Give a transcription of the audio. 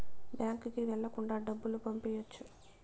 బ్యాంకుకి వెళ్ళకుండా డబ్బులు పంపియ్యొచ్చు